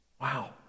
Wow